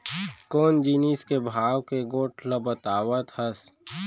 कोन जिनिस के भाव के गोठ ल बतावत हस?